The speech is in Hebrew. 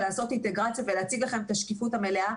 לעשות אינטגרציה ולהציג לכם את השקיפות המלאה.